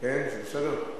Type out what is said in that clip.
כן, זה בסדר?